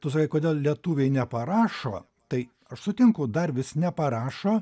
tu sakai kodėl lietuviai neparašo tai aš sutinku dar vis neparašo